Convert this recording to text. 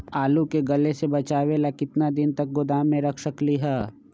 आलू के गले से बचाबे ला कितना दिन तक गोदाम में रख सकली ह?